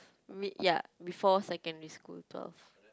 b~ ya before secondary school twelve